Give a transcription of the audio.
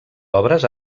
obres